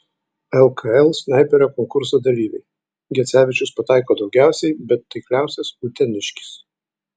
lkl snaiperio konkurso dalyviai gecevičius pataiko daugiausiai bet taikliausias uteniškis